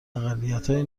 اقلیتهای